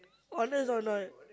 honest or not